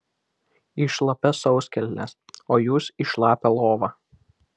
į šlapias sauskelnes o jūs į šlapią lovą